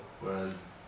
Whereas